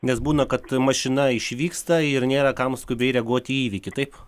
nes būna kad mašina išvyksta ir nėra kam skubiai reaguot į įvykį taip